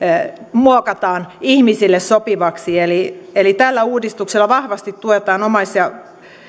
muokataan ihmisille sopivaksi eli eli tällä uudistuksella vahvasti tuetaan omais ja